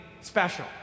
special